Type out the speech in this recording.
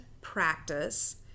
practice